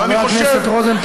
חבר הכנסת רוזנטל,